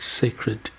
sacred